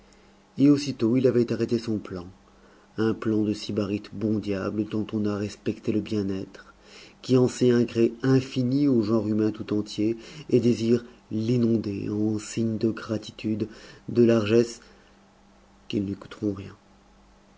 et aussitôt il avait arrêté son plan un plan de sybarite bon diable dont on a respecté le bien-être qui en sait un gré infini au genre humain tout entier et désire l'inonder en signe de gratitude de largesses qui ne lui coûteront rien